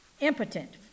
impotent